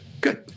Good